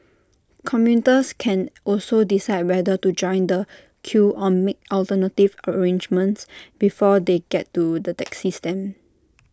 commuters can also decide whether to join the queue or make alternative arrangements before they get to the taxi stand